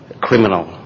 criminal